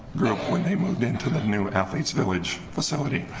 group when they moved into the new athletes village facility